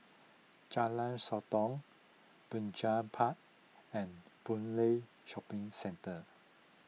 Jalan Sotong Binjai Park and Boon Lay Shopping Centre